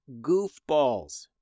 goofballs